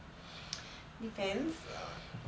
depends